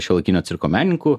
šiuolaikinio cirko menininkų